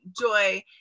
joy